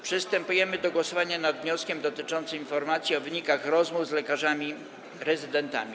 Przystępujemy do głosowania nad wnioskiem dotyczącym informacji o wynikach rozmów z lekarzami rezydentami.